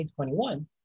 2021